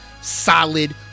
solid